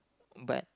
but